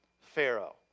Pharaoh